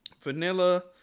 Vanilla